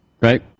Right